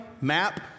map